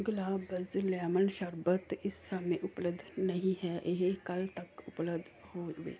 ਗੁਲਾਬਜ਼ ਲਿਆਮਨ ਸ਼ਰਬਤ ਇਸ ਸਮੇਂ ਉਪਲੱਬਧ ਨਹੀਂ ਹੈ ਇਹ ਕੱਲ੍ਹ ਤੱਕ ਉਪਲੱਬਧ ਹੋਵੇ